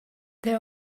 they